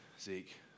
Zeke